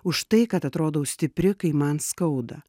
už tai kad atrodau stipri kai man skauda